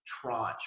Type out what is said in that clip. tranche